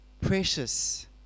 precious